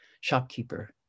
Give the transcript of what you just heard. shopkeeper